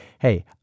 Hey